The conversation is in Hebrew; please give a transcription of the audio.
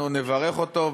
אנחנו נברך אותו,